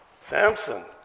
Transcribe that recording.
Samson